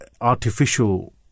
artificial